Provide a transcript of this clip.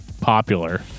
popular